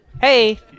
Hey